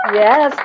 yes